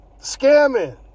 Scamming